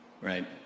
right